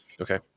Okay